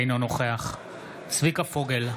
אינו נוכח צביקה פוגל,